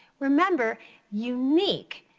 remember unique,